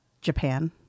Japan